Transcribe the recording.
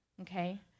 okay